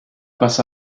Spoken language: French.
passe